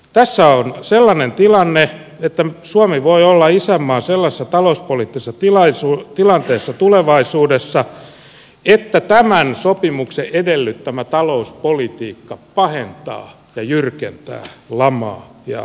tässä on sellainen tilanne että suomi voi olla isänmaa sellaisessa talouspoliittisessa tilanteessa tulevaisuudessa että tämän sopimuksen edellyttämä talouspolitiikka pahentaa ja jyrkentää lamaa ja tätä kulmaa